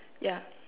yeah